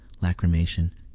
lacrimation